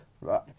Right